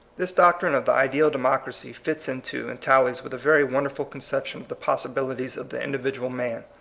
this doctrine of the ideal democracy fits into and tallies with a very wonder ful conception of the possibilities of the individual man.